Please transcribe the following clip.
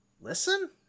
Listen